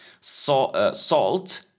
Salt